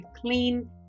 clean